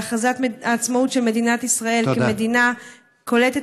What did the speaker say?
להכרזת העצמאות של מדינת ישראל כמדינה קולטת